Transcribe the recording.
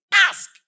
Ask